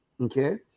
okay